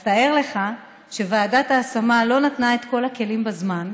אז תאר לך שוועדת ההשמה לא נתנה את הכלים בזמן,